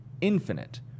infinite